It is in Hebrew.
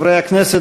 חברי הכנסת,